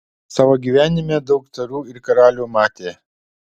savo gyvenime daug carų ir karalių matė